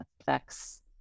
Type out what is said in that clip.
affects